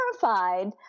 terrified